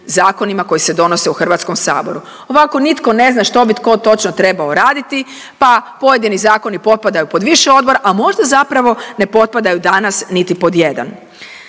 zakonima koji se donose u HS-u. Ovako nitko ne zna što bi tko točno trebao raditi pa pojedini zakoni potpadaju pod više odbora, a možda zapravo ne potpadaju danas niti pod jedan.